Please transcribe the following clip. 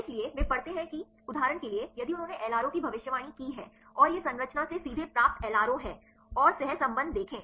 इसलिए वे पढ़ते हैं कि उदाहरण के लिए यदि उन्होंने एलआरओ की भविष्यवाणी की है और यह संरचना से सीधे प्राप्त एलआरओ है और सहसंबंध देखें